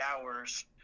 hours